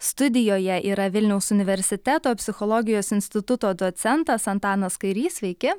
studijoje yra vilniaus universiteto psichologijos instituto docentas antanas kairys sveiki